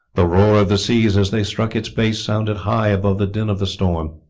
the roar of the seas as they struck its base sounded high above the din of the storm.